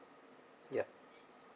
yup